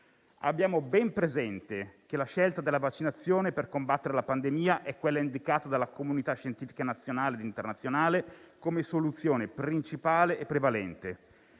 Abbiamo ben presente che la scelta della vaccinazione per combattere la pandemia è quella indicata dalla comunità scientifica nazionale ed internazionale come soluzione principale e prevalente.